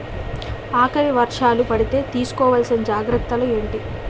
ఆకలి వర్షాలు పడితే తీస్కో వలసిన జాగ్రత్తలు ఏంటి?